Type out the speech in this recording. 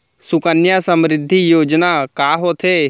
सुकन्या समृद्धि योजना का होथे